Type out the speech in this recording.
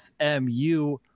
SMU